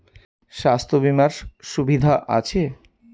স্বাস্থ্য বিমার সুবিধা আছে?